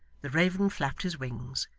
the raven flapped his wings,